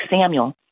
Samuel